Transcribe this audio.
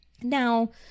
Now